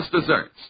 desserts